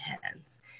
hands